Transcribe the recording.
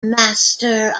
master